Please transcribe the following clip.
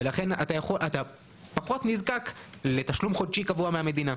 ולכן אתה פחות נזקק לתשלום חודשי קבוע מהמדינה.